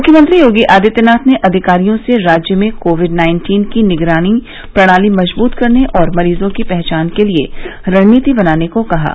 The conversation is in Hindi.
मुख्यमंत्री योगी आदित्यनाथ ने अधिकारियों से राज्य में कोविड नाइीन्टीन की निगरानी प्रणाली मजबूत करने और मरीजों की पहचान के लिए रणनीति बनाने को कहा है